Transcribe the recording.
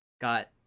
got